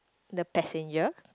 the passenger